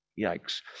Yikes